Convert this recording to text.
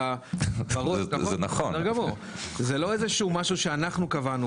זה לא איזשהו משהו שאנחנו קבענו,